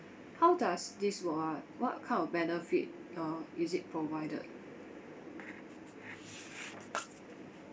how does this work ah what kind of benefit uh is it provided